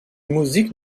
musiques